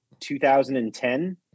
2010